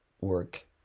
work